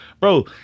Bro